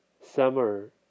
summer